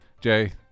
Jay